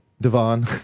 Devon